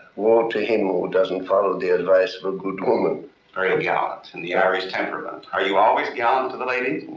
woe to him who doesn't follow the advice of a good woman. very gallant, in the irish temperament. are you always gallant to the ladies?